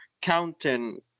counting